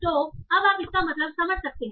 तो अब आप इसका मतलब समझ सकते हैं